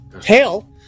Tail